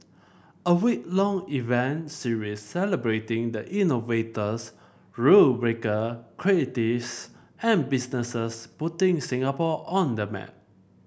a week long event series celebrating the innovators rule breaker creatives and businesses putting Singapore on the map